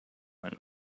when